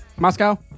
Moscow